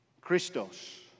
Christos